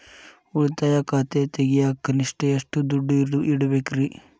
ಉಳಿತಾಯ ಖಾತೆ ತೆಗಿಯಾಕ ಕನಿಷ್ಟ ಎಷ್ಟು ದುಡ್ಡು ಇಡಬೇಕ್ರಿ?